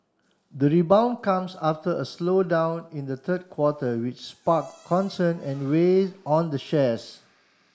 the rebound comes after a slowdown in the third quarter which spark concern and weigh on the shares